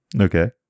Okay